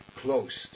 closed